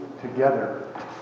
together